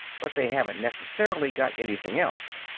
but they haven't necessarily got anything else!